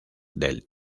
del